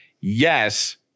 yes